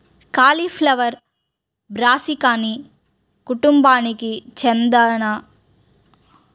cauliflower brassicaceae కుటుంబానికి చెందినబ్రాసికా జాతికి చెందినబ్రాసికా